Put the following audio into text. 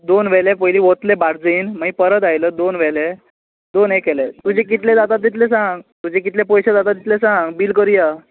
दोन व्हेले पयलीं वतले बार्जीन मागीर परत आयलो दोन व्हेले दोन हे केले तुजे कितले जाता तितले सांग तुजे कितले पयशे जाता तितले सांग बील करया